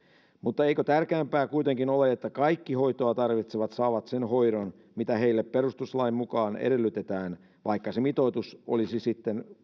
mutta eikö tärkeämpää kuitenkin ole että kaikki hoitoa tarvitsevat saavat sen hoidon mitä heille perustuslain mukaan edellytetään vaikka se mitoitus olisi sitten yhdessä